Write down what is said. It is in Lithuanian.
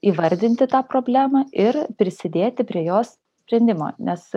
įvardinti tą problemą ir prisidėti prie jos sprendimo nes